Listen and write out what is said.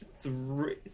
three